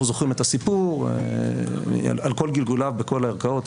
אנחנו זוכרים את הסיפור על כל גלגוליו בכל הערכאות,